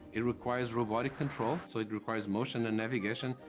it requires robotic control, so it requires motion and navigation,